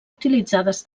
utilitzades